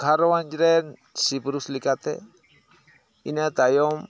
ᱜᱷᱟᱨᱚᱸᱡᱽ ᱨᱮᱱ ᱥᱤᱼᱯᱩᱨᱩᱥ ᱞᱮᱠᱟᱛᱮ ᱤᱱᱟᱹ ᱛᱟᱭᱚᱢ